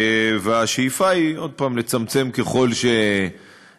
והשאיפה היא, עוד פעם, לצמצם ככל האפשר.